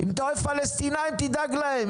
אם אתה אוהב פלסטיניים תדאג להם,